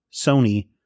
Sony